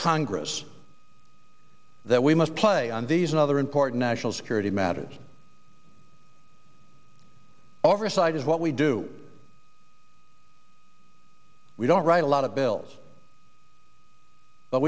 congress that we must play on these and other important national security matters oversight is what we do we don't write a lot of bills but